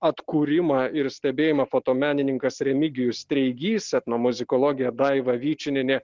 atkūrimą ir stebėjimą fotomenininkas remigijus treigys etnomuzikologė daiva vyčinienė